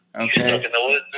Okay